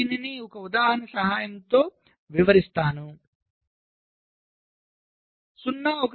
నేను దీనిని ఉదాహరణ సహాయంతో వివరిస్తాము